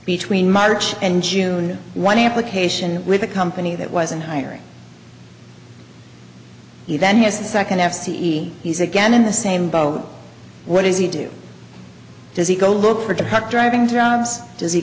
between march and june one application with a company that wasn't hiring you then he has a second f c e he's again in the same boat what does he do does he go look for to help driving jobs does he